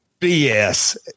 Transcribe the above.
BS